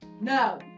No